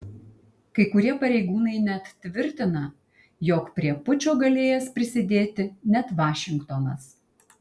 kai kurie pareigūnai net tvirtina jog prie pučo galėjęs prisidėti net vašingtonas